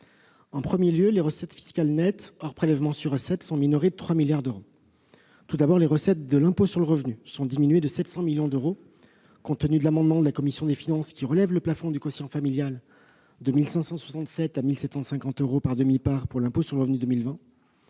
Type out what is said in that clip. En premier lieu, les recettes fiscales nettes, hors prélèvements sur recettes, sont minorées de 3 milliards d'euros. Tout d'abord, les recettes de l'impôt sur le revenu sont diminuées de 700 millions d'euros, compte tenu de l'adoption de l'amendement de la commission des finances qui relève le plafond du quotient familial de 1567 à 1750 euros par demi-part pour l'impôt sur le revenu de 2020.